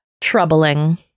troubling